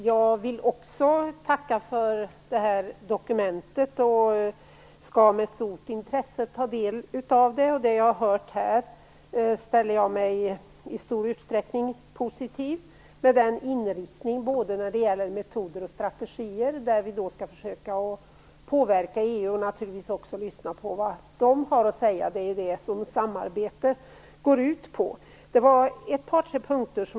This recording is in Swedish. Fru talman! Också jag vill tacka för det här dokumentet. Jag skall med stort intresse ta del av det. Det jag har hört här är jag i stor utsträckning positiv till, med tanke på inriktningen när det gäller både metoder och strategier. Där skall vi försöka påverka EU och naturligtvis också försöka lyssna på vad man har att säga. Det är ju det som samarbetet går ut på.